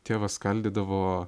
tėvas skaldydavo